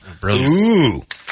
Brilliant